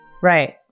Right